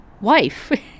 Wife